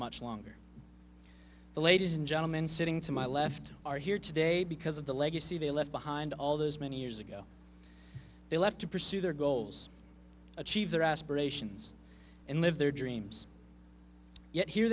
much longer the ladies and gentlemen sitting to my left are here today because of the legacy they left behind all those many years ago they left to pursue their goals achieve their aspirations and live their dreams yet here